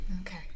Okay